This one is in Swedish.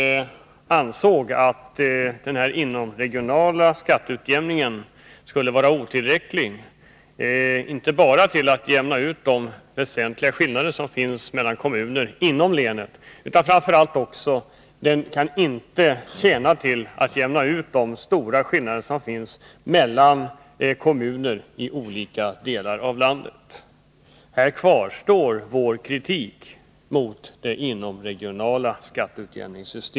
Vi ansåg att en inomregional skatteutjämning skulle vara otillräcklig — den kan inte jämna ut de väsentliga skillnader som finns mellan kommunerna inom det här länet, och den kan framför allt inte tjäna till att jämna ut de stora skillnader som råder mellan kommuner i olika delar av landet. På den punkten kvarstår vår kritik mot systemet med inomregional skatteutjämning.